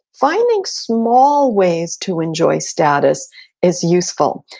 finding small ways to enjoy status is useful.